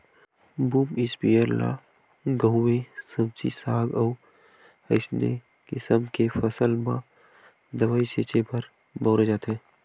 boom sprayer ल गहूँए सब्जी साग अउ असइने किसम के फसल म दवई छिते बर बउरे जाथे